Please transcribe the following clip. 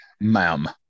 Ma'am